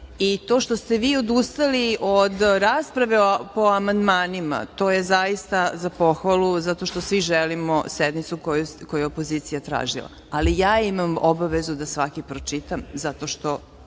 i to što ste vi odustali od rasprave po amandmanima, to je zaista za pohvalu, zato što svi želimo sednicu koju je opozicija tražila, ali ja imam obavezu da svaki pročitam, zato što